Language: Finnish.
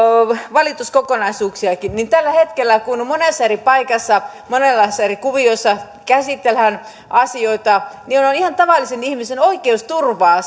valituskokonaisuuksia ja tällä hetkellä monessa eri paikassa monenlaisissa eri kuvioissa käsitellään asioita niin olisi ihan tavallisen ihmisen oikeusturvaa